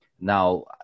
Now